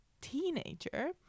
teenager